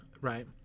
Right